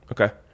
Okay